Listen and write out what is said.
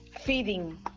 Feeding